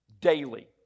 daily